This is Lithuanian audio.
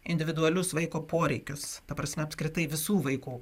individualius vaiko poreikius ta prasme apskritai visų vaikų